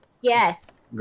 Yes